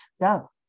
go